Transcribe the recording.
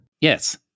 Yes